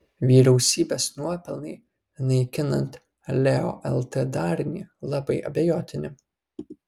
vyriausybės nuopelnai naikinant leo lt darinį labai abejotini